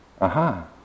Aha